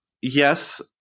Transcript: yes